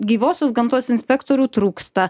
gyvosios gamtos inspektorių trūksta